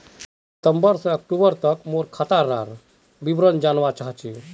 सितंबर से अक्टूबर तक मोर खाता डार विवरण जानवा चाहची?